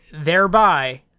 thereby